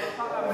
את רואה.